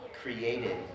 created